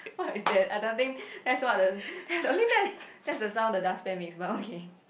what is that I don't think that's what the I don't think that's the sound the dustpan makes but okay